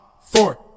four